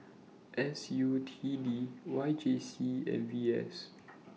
S U T D Y J C and V S